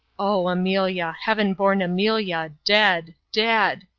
oh! amelia heaven-born amelia dead, dead!